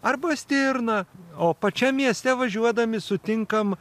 arba stirną o pačiam mieste važiuodami sutinkam